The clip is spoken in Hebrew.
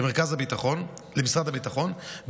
למשרד הביטחון,